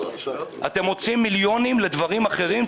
אתם מוצאים מיליוני שקלים לדברים אחרים.